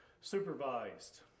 supervised